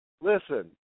Listen